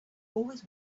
always